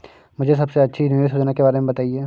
मुझे सबसे अच्छी निवेश योजना के बारे में बताएँ?